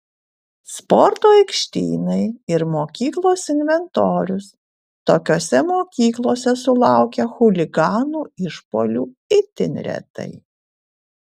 sporto aikštynai ir mokyklos inventorius tokiose mokyklose sulaukia chuliganų išpuolių itin retai